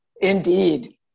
indeed